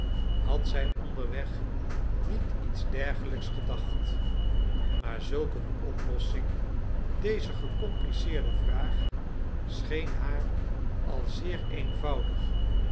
had zij onderweg niet iets dergelijks gedacht maar zulk een oplossing dezer gecompliceerde vraag scheen haar al zeer eenvoudig